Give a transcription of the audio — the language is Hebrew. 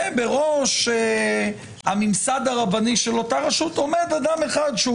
ובראש הממסד הרבני של אותה רשות עומד אדם אחד שהוא